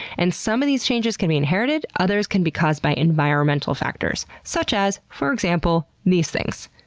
and, some of these changes can be inherited, others can be caused by environmental factors such as, for example, these things.